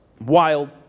wild